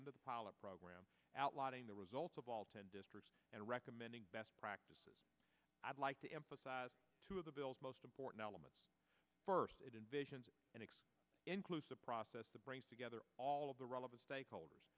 end of the pilot program outlining the results of all ten districts and recommending best practices i'd like to emphasize two of the bill's most important elements first in visions and it includes a process that brings together all of the relevant stakeholders